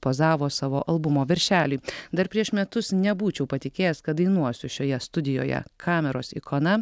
pozavo savo albumo viršeliui dar prieš metus nebūčiau patikėjęs kad dainuosiu šioje studijoje kameros ikona